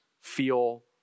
feel